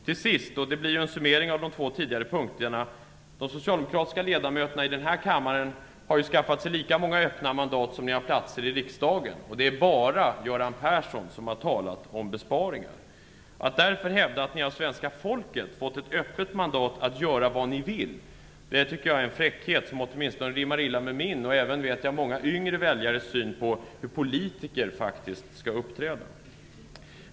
För det tredje och som summering av de två tidigare punkterna: De socialdemokratiska ledamöterna i den här kammaren har ju skaffat sig lika många öppna mandat som ni har platser i riksdagen, och det är bara Göran Persson som har talat om besparingar. Att då hävda att ni av svenska folket har fått ett öppet mandat att göra vad ni vill tycker jag är en fräckhet som rimmar illa med åtminstone min och många yngre väljares syn på hur politiker faktiskt skall uppträda.